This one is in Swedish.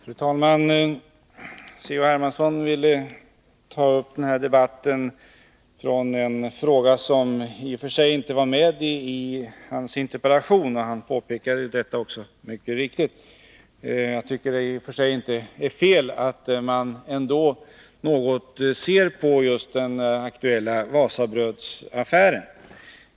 Fru talman! C.-H. Hermansson ville i den här debatten ta upp en fråga som i och för sig inte var med i hans interpellation, och han påpekade också mycket riktigt detta. Jag tycker att det i och för sig inte är fel att man ändå något ser på den aktuella Wasabrödsaffären.